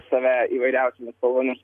save įvairiausiomis spalvomis